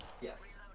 Yes